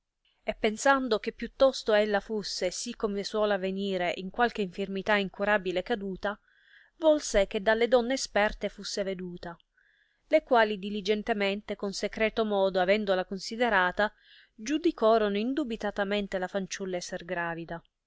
e pensando che più tosto ella fusse sì come suol avenire in qualche infirmità incurabile caduta volse che dalle donne esperte fusse veduta le quali diligentemente con secreto modo avendola considerata giudicorono indubitatamente la fanciulla esser gravida